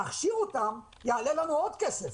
להכשיר אותם יעלה לנו עוד כסף.